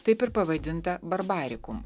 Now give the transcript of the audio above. taip ir pavadinta barbarikum